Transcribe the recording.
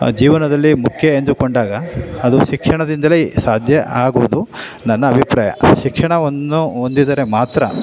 ಜೀವನದಲ್ಲಿ ಮುಖ್ಯ ಎಂದುಕೊಂಡಾಗ ಅದು ಶಿಕ್ಷಣದಿಂದಲೇ ಸಾಧ್ಯ ಆಗುವುದು ನನ್ನ ಅಭಿಪ್ರಾಯ ಶಿಕ್ಷಣವನ್ನು ಹೊಂದಿದ್ದರೆ ಮಾತ್ರ